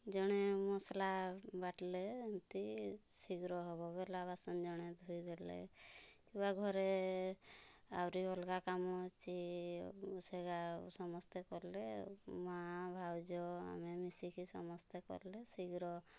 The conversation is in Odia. ଜଣେ ମସଲା ବାଟିଲେ ଏନ୍ତି ଶୀଘ୍ର ହେବ ବେଲା ବାସନ ଜଣେ ଧୁଇ ଦେଲେ ଘରେ ଆହୁରି ଅଲଗା କାମ ଅଛି ସେଗା ସମସ୍ତେ କଲେ ମାଆ ଭାଉଜ ଆମେ ମିଶିକି ସମସ୍ତେ କଲେ ଶୀଘ୍ର